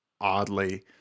oddly